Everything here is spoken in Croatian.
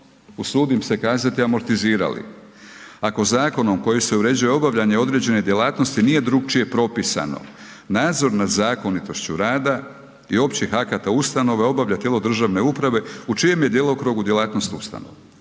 usudim se kazati, amortizirali ako zakonom kojim se uređuje obavljanje određene djelatnosti nije drukčije propisano, nadzor nad zakonitošću rada i općih akata ustanove, obavlja tijelo državne uprave u čijem je djelokrugu djelatnost ustanova